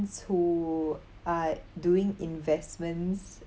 who are doing investments